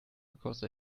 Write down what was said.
because